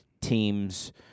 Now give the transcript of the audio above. teams